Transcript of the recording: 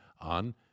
on